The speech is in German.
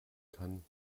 kann